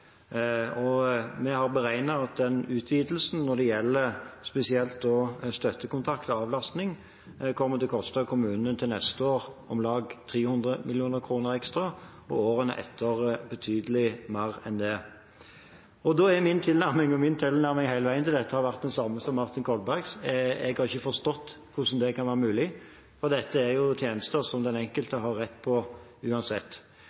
arbeidet som ble igangsatt under den forrige regjering, bryter det forslaget som er fremmet i dag, med det prinsippet. Vi har beregnet at utvidelsen når det gjelder spesielt støttekontakt og avlastning, til neste år kommer til å koste kommunene om lag 300 mill. kr ekstra og årene etter betydelig mer enn det. Min tilnærming – og min tilnærming til dette har hele veien vært den samme som Martin Kolbergs – er at jeg ikke har forstått hvordan det kan være mulig, for dette